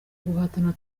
guhatana